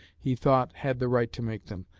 he thought, had the right to make them,